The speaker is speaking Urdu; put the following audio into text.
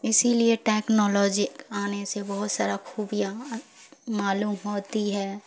اسی لیے ٹیکنالوجی آنے سے بہت سارا خوبیاں معلوم ہوتی ہے